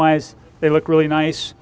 wise they look really nice